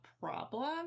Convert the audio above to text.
problem